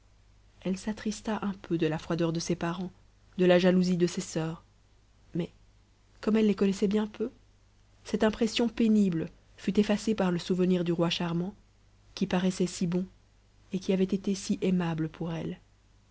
elle s'attrista un peu de la froideur de ses parents de la jalousie de ses soeurs mais comme elle les connaissait bien peu cette impression pénible fut effacée par le souvenir du roi charmant qui paraissait si bon et qui avait été si aimable pour elle